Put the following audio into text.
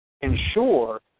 ensure